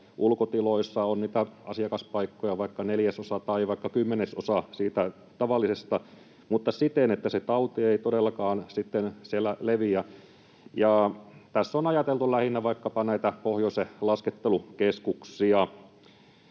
ulkotiloissa — on niitä asiakaspaikkoja vaikka neljäsosa tai vaikka kymmenesosa siitä tavallisesta — mutta siten, että se tauti ei todellakaan sitten siellä leviä. Tässä on ajateltu lähinnä vaikkapa näitä pohjoisen laskettelukeskuksia.